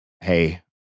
hey